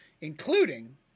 Including